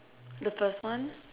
the first one